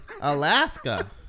Alaska